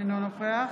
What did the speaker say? אינו נוכח